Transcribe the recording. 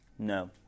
no